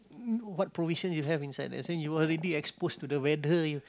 mm what provision you have inside let's say you already exposed to the weather